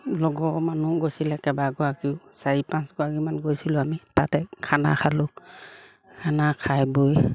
লগৰ মানুহো গৈছিলে কেইবাগৰাকীও চাৰি পাঁচগৰাকীমান গৈছিলোঁ আমি তাতে খানা খালোঁ খানা খাই বৈ